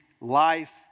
life